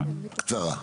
קצרה.